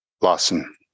Lawson